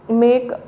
make